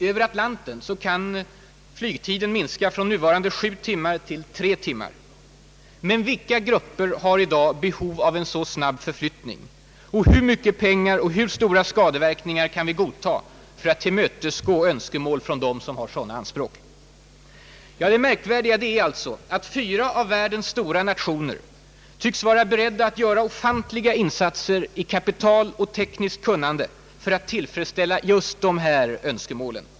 Över Atlanten kan flygtiden minska från nuvarande sju timmar till tre timmar. Men vilka grupper har i dag behov av en så snabb förflyttning? Och hur mycket pengar och hur stora skadeverkningar kan vi godta för att tillmötesgå önskemål från dem som har sådana anspråk? Ja, det märkvärdiga är att fyra av världens stora nationer tycks vara beredda att göra ofantliga insatser i kapital och tekniskt kunnande för att tillfredsställa just dessa önskemål.